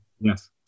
Yes